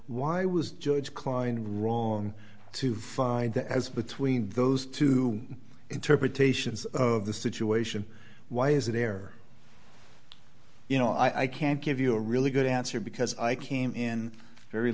why was george klein wrong to find the as between those two interpretations of the situation why is there you know i can't give you a really good answer because i came in very